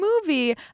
movie